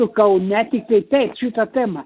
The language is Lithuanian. sakau netikiu taip šita tema